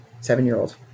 seven-year-old